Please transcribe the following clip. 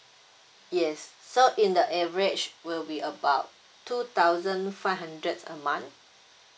yes so in the average will be about two thousand five hundred a month